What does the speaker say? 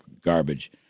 garbage